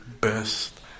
best